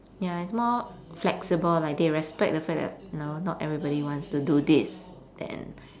ya it's more flexible like they respect the fact that no not everybody wants to do this then